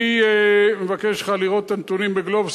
אני מבקש ממך לראות את הנתונים ב"גלובס",